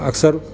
अक्सरि